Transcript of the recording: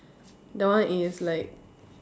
that one is like